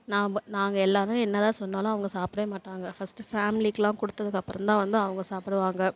நாம் நாங்கள் எல்லாரும் என்னதான் சொன்னாலும் அவங்க சாப்பிடவே மாட்டாங்க ஃபஸ்ட்டு ஃபேமிலிக்கெலாம் கொடுத்ததுக்கப்பறம் தான் வந்து அவங்க சாப்பிடுவாங்க